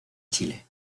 chile